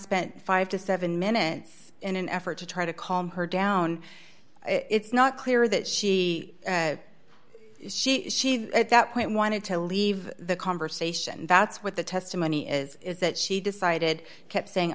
spent five to seven minutes in an effort to try to calm her down it's not clear that she she she at that point wanted to leave the conversation and that's what the testimony is is that she decided kept saying